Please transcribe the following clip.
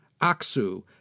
Aksu